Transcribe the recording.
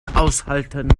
aushalten